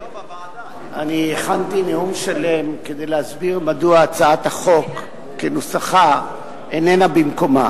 אני הכנתי נאום שלם כדי להסביר מדוע הצעת החוק כנוסחה איננה במקומה